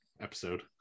episode